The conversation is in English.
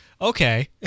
okay